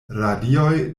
radioj